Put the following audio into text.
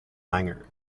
langer